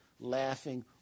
laughing